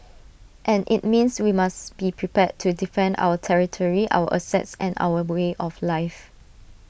and IT means we must be prepared to defend our territory our assets and our way of life